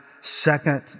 second